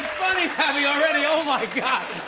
he's having already. oh, my gosh.